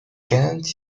gains